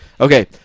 Okay